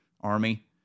army